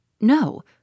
No